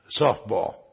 softball